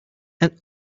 and